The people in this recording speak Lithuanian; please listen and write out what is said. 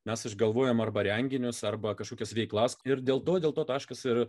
mes išgalvojam arba renginius arba kažkokias veiklas ir dėl to dėl to taškas ir